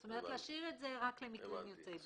זאת אומרת, להשאיר את זה רק למקרים יוצאי דופן.